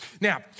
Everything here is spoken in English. Now